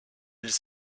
îles